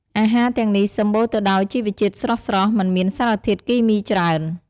អាហារទាំងនេះសម្បូរទៅដោយជីវជាតិស្រស់ៗ មិនមានសារធាតុគីមីច្រើន។